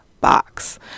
box